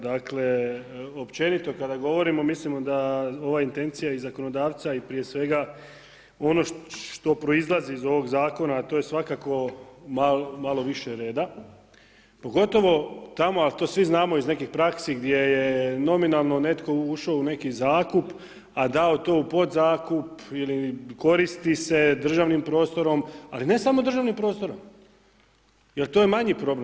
Dakle, općenito kada govorimo, mislimo da ova intencija i zakonodavca i prije svega ono što proizlazi iz ovog zakona a to je svakako malo više reda, pogotovo tamo a to svi znamo iz nekih praksi gdje je nominalno netko ušao u neki zakup a dao to u podzakup ili koristi se državnim prostorom, ali ne samo državnim prostorom, jer to je manji problem.